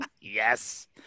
Yes